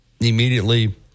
immediately